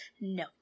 No